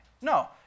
No